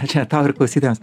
čia tau ir klausytojams